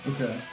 Okay